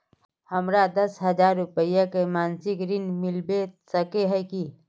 हमरा दस हजार रुपया के मासिक ऋण मिलबे सके है की?